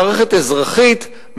כי הם מקשים על המערכת העסקית,